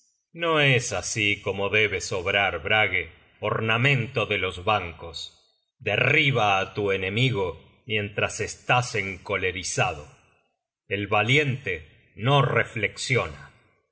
no es así como debes obrar brage ornamento de los bancos derriba á tu enemigo mientras estás encolerizado el valiente no reflexiona